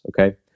okay